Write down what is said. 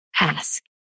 ask